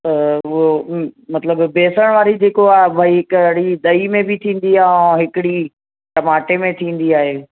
उहो मतिलब बेसणु वारी जेको आहे भई कढ़ी ॾई में बि थींदी आहे ऐं हिकिड़ी टमाटे में थींदी आहे